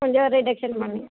கொஞ்சம் ரிடக்ஷன் பண்ணி